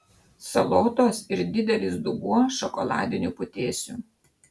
salotos ir didelis dubuo šokoladinių putėsių